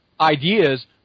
ideas